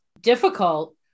difficult